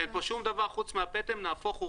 אין פה שום דבר חוץ מהפטם, נהפוך הוא.